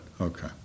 Okay